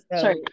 sorry